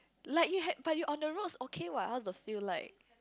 like you have but you on the roads okay what how to feel like